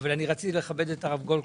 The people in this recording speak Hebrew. אבל רציתי לכבד את הרב גולדקנופ.